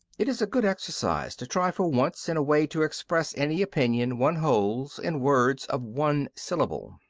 it is a good exercise to try for once in a way to express any opinion one holds in words of one syllable.